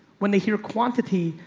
when they hear quantity,